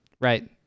Right